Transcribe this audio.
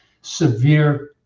severe